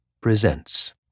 presents